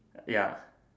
ya